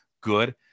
good